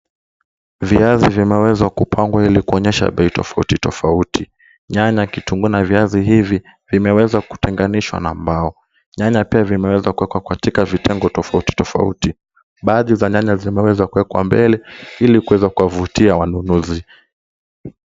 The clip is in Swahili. Viazi vimeweza kupangwa ili kuonyesha bei tofauti tofauti. Nyanya, kitunguu na viazi hivi vimeweza kutenganishwa na mbao. Nyanya pia imeweza kuwekwa katika vitengo tofauti tofauti. Baadhi ya nyanya imeweza kuwekwa mbele, ili kuweza kuwavutia wanunuzi.